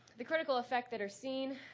the critical effect that are seen,